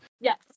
Yes